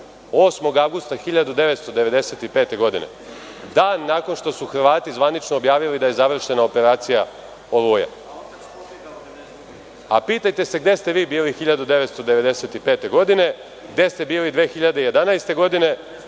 8. avgusta 1995. godine, dan nakon što su Hrvati zvanično objavili da je završena operacija „Oluja“. A pitajte se gde ste vi bili 1995. godine, gde ste bili 2011. godine,